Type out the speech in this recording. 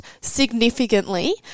significantly